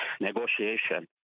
negotiation